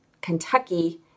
Kentucky